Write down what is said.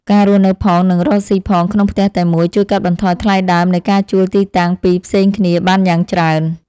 ការរស់នៅផងនិងរកស៊ីផងក្នុងផ្ទះតែមួយជួយកាត់បន្ថយថ្លៃដើមនៃការជួលទីតាំងពីរផ្សេងគ្នាបានយ៉ាងច្រើន។